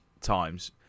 times